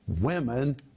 Women